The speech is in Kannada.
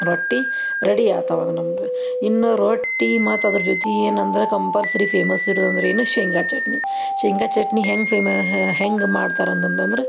ರೊಟ್ಟಿ ರಡಿ ಆತವಾಗ ನಮ್ದು ಇನ್ನು ರೊಟ್ಟಿ ಮತ್ತು ಅದ್ರ ಜೊತೆ ಏನಂದ್ರೆ ಕಂಪಲ್ಸರಿ ಫೇಮಸ್ ಇರುದಂದ್ರೆ ಏನು ಶೇಂಗಾ ಚಟ್ನಿ ಶೇಂಗಾ ಚಟ್ನಿ ಹೆಂಗೆ ಫೇಮ ಹೆಂಗೆ ಮಾಡ್ತಾರೆ ಅಂತಂತ ಅಂದ್ರೆ